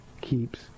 keeps